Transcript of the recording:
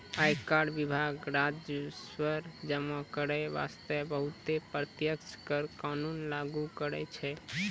आयकर विभाग राजस्व जमा करै बासतें बहुते प्रत्यक्ष कर कानून लागु करै छै